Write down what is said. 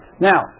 now